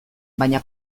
baina